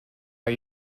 are